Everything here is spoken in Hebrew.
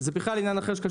זה בכלל עניין אחר.